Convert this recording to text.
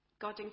God